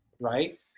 right